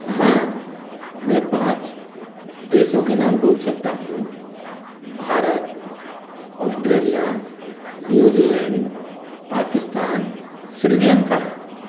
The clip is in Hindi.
हाँ मैं पाँच देशों के नाम बोल सकता हूँ भारत ऑस्ट्रेलिया न्यूजीलैंड पाकिस्तान श्रीलंका